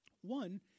One